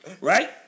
right